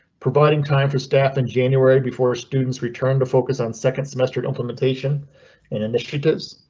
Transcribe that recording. providing time for staff in january before students return to focus on second semester implementation. and initiatives.